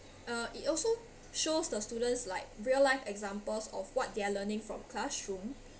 uh it also shows the students like real life examples of what they're learning from classroom